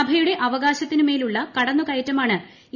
സഭയുടെ അവകാശത്തിന്റ് മേലുള്ള കടന്നുകയറ്റമാണ് ഇ